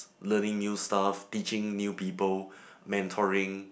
learning new stuff teaching new people mentoring